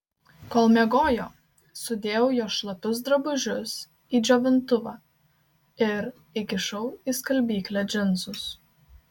kol miegojo sudėjau jos šlapius drabužius į džiovintuvą ir įkišau į skalbyklę džinsus